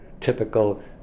typical